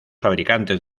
fabricantes